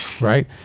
right